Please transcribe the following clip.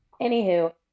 Anywho